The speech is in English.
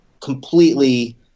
Completely